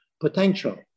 potential